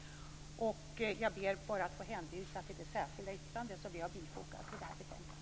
Jag ber bara att få hänvisa till det särskilda yttrande som vi har bifogat det här betänkandet.